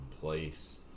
place